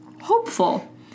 hopeful